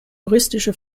juristische